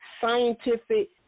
scientific